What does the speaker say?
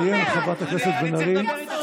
נא לסיים, חברת הכנסת בן ארי.